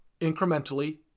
incrementally